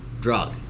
drug